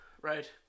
Right